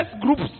groups